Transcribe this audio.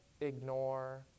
ignore